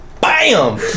BAM